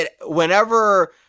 whenever